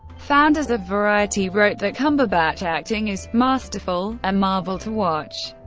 foundas of variety wrote that cumberbatch's acting is masterful. a marvel to watch,